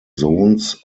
sohns